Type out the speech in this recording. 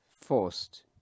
forced